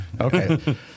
Okay